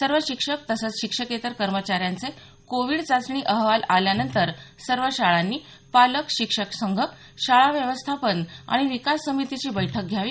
सर्व शिक्षक तसंच शिक्षकेतर कर्मचाऱ्यांचे कोविड चाचणी अहवाल आल्यानंतर सर्व शाळांनी पालक शिक्षक संघ शाळा व्यवस्थापन आणि विकास समितीची बैठक घ्यावी